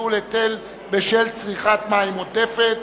ביטול היטל בשל צריכת מים עודפת),